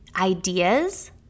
ideas